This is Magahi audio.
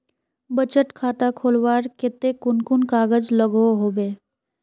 बचत खाता खोलवार केते कुन कुन कागज लागोहो होबे?